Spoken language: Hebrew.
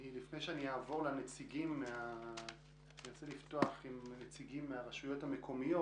אני מבקש לפתוח את הדיון עם נציגים מהרשויות המקומיות.